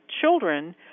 children